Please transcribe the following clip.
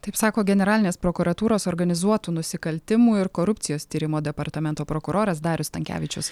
taip sako generalinės prokuratūros organizuotų nusikaltimų ir korupcijos tyrimo departamento prokuroras darius stankevičius